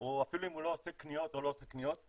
או אפילו אם הוא לא עושה קניות או עושה קניות,